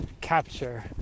capture